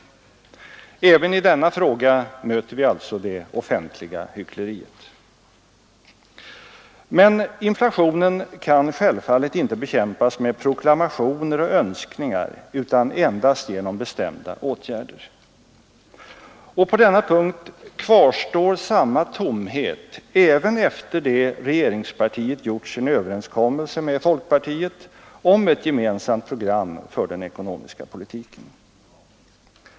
Även i denna fråga möter vi alltså det offentliga hyckleriet. Men inflationen kan självfallet inte bekämpas med proklamationer och önskningar utan endast genom bestämda åtgärder. Och på denna punkt kvarstår samma tomhet även efter det att regeringspartiet gjort sina överenskommelser med folkpartiet om ett gemensamt program för den ekonomiska politiken.